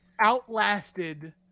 outlasted